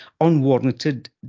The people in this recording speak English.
unwarranted